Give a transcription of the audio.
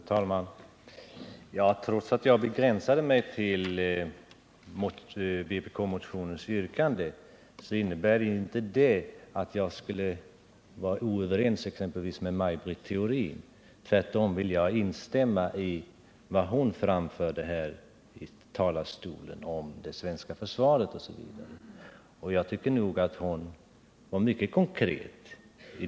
Herr talman! Trots att jag begränsat mig till vpk-motionens yrkande innebär detta inte att jag ej skulle vara överens med exempelvis Maj Britt Theorin. Tvärtom vill jag instämma i vad hon framförde om det svenska försvaret. Jag tycker nog att hon var mycket konkret.